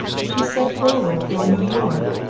she set forward for new-york.